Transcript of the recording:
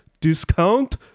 Discount